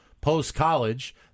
post-college